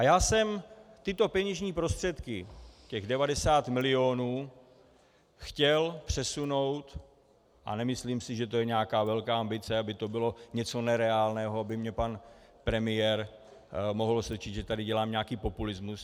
Já jsem tyto peněžní prostředky, těch 90 mil., chtěl přesunout a nemyslím si, že to je nějaká velká ambice, aby to bylo něco nereálného, aby mě pan premiér mohl osočit, že tady dělám nějaký populismus.